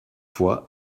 fois